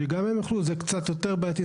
זה קצת יותר בעייתי.